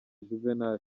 juvenal